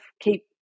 keep